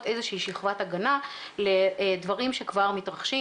איזושהי שכבת הגנה לדברים שכבר מתרחשים.